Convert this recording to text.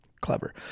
Clever